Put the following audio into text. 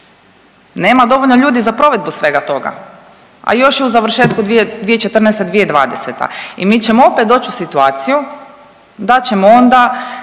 Nema dovoljno ljudi za provedbu svega toga, a još je u završetku 2014.-2020. i mi ćemo opet doći u situaciju da ćemo onda